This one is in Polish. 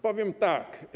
Powiem tak.